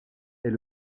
est